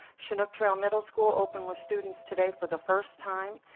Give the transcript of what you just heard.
chinook trail middle school opened with students today for the first time.